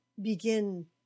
Begin